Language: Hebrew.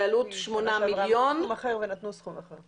בשנה שעברה נקבו בסכום אחר ונתנו סכום אחר.